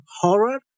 horror